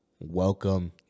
Welcome